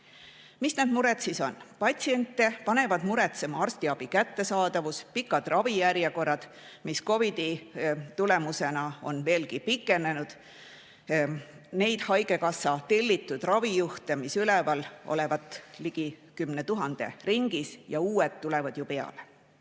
Mis need mured siis on? Patsiente panevad muretsema arstiabi kättesaadavus ja pikad ravijärjekorrad, mis COVID-i tulemusena on veelgi pikenenud. Neid haigekassa tellitud ravijuhte olevat üleval 10 000 ringis, aga uued tulevad ju peale.